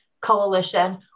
coalition